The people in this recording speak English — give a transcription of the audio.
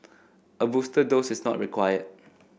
a booster dose is not required